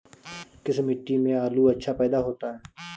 किस मिट्टी में आलू अच्छा पैदा होता है?